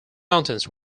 mountains